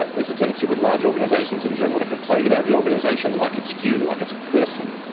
but is a tendency with large organisations in general to complain about the organisation like it's you, like it's a person.